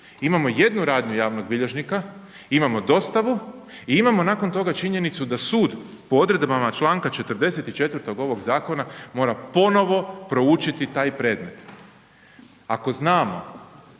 Imamo jednu radnju javnog bilježnika, imamo dostavu i imamo nakon toga činjenicu da sud po odredbama čl. 44. ovog zakona, mora ponovno proučiti taj predmet. Ako znamo